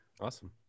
Awesome